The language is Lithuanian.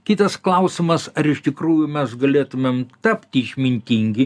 kitas klausimas ar iš tikrųjų mes galėtumėm tapti išmintingi